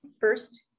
First